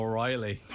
O'Reilly